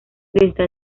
desde